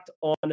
on